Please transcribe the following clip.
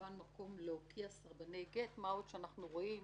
כמובן מקום להוקיע סרבני גט, מה עוד שאנחנו רואים